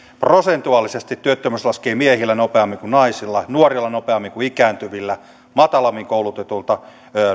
prosentuaalisesti työttömyys laskee miehillä nopeammin kuin naisilla nuorilla nopeammin kuin ikääntyvillä matalammin koulutetuilla